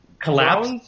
Collapse